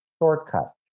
shortcut